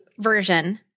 version